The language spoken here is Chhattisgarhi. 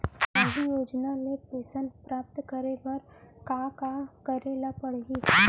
सामाजिक योजना ले पेंशन प्राप्त करे बर का का करे ल पड़ही?